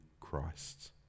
christ